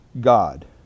God